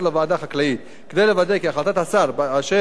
כדי לוודא כי החלטת השר באשר להקמת ועדה